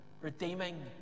redeeming